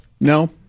No